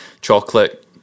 chocolate